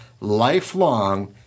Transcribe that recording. lifelong